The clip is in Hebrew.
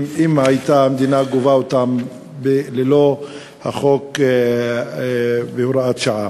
אם המדינה הייתה גובה אותם ללא החוק בהוראת שעה.